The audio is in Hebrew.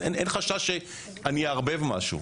אז אין חשש שאני אערבב משהו.